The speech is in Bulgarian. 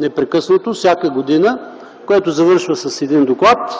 непрекъснато, всяка година, което завършва с един доклад,